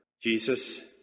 Jesus